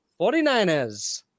49ers